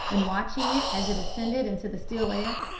and watching it as it ascended into the still air.